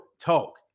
talk